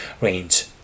range